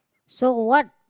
so what